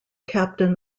captain